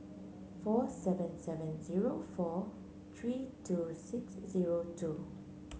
four seven seven zero four three two six zero two